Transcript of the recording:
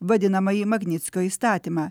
vadinamąjį magnickio įstatymą